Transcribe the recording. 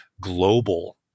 global